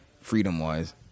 freedom-wise